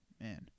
Man